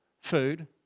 food